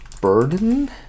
burden